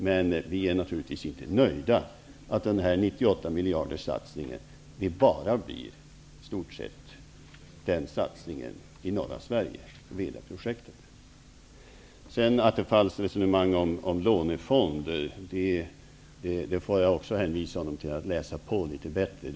Men vi är naturligtvis inte nöjda med att denna 98 miljarderssatsningen i stort sett bara blir denna satsning i norra Sverige som Vedaprojektet innebär. Med anledning av vad Stefan Attefall sade om en lånefond måste jag uppmana honom att läsa på litet bättre.